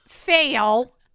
Fail